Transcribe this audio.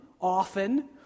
often